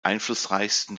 einflussreichsten